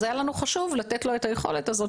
היה לנו חשוב לתת לו את היכולת הזאת,